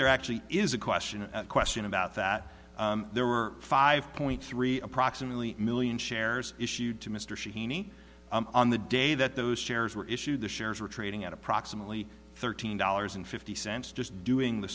there actually is a question a question about that there were five point three approximately million shares issued to mr sheeny on the day that those shares were issued the shares are trading at approximately thirteen dollars and fifty cents just doing the